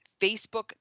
Facebook